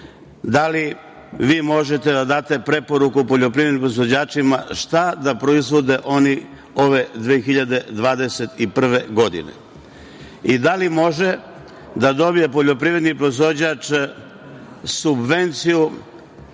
da li vi možete da date preporuku poljoprivrednim proizvođačima šta da proizvode oni ove 2021. godine? Da li može da dobije poljoprivredni proizvođač subvenciju